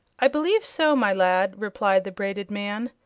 i believe so, my lad, replied the braided man.